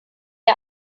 der